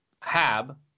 hab